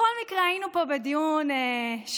בכל במקרה היינו פה בדיון שלשום